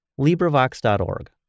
LibriVox.org